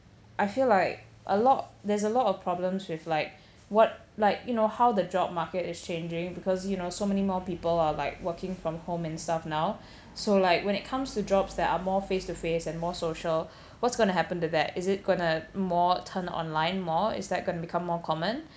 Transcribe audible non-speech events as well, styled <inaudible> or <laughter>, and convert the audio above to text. I feel like a lot there's a lot of problems with like what like you know how the job market is changing because you know so many more people are like working from home and stuff now <breath> so like when it comes to jobs that are more face-to-face and more social what's going to happen to that is it going to more turned online more is that gonna become more common